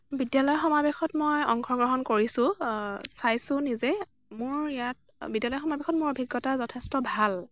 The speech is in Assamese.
বিদ্য়ালয় সমাৱেশত মই অংশগ্ৰহণ কৰিছোঁ চাইছোঁ নিজে মোৰ ইয়াত বিদ্য়ালয় সমাৱেশত মোৰ অভিজ্ঞতা যথেষ্ট ভাল